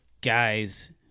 guys